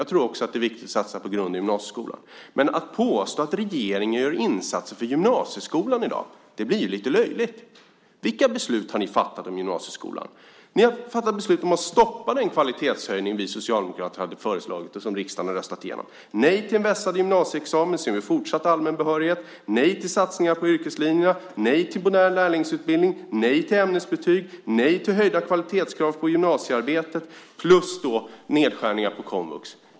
Jag tror också att det är viktigt att satsa på grund och gymnasieskolan. Men att påstå att regeringen gör insatser för gymnasieskolan i dag blir ju lite löjligt. Vilka beslut har ni fattat om gymnasieskolan? Ni har fattat beslut om att stoppa den kvalitetshöjning vi socialdemokrater hade föreslagit och som riksdagen har röstat igenom. Ni har sagt nej till en vässad gymnasieexamen - där ser vi en fortsatt allmän behörighet. Ni har sagt nej till satsningar på yrkeslinjerna, nej till modern lärlingsutbildning, nej till ämnesbetyg och nej till höjda kvalitetskrav på gymnasiearbetet, och till detta kommer nedskärningar på komvux.